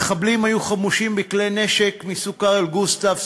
המחבלים היו חמושים בכלי נשק מסוג קרל גוסטב,